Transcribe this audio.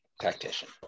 tactician